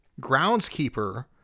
Groundskeeper